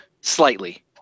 Slightly